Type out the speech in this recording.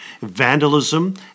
Vandalism